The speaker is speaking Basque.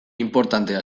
inportantea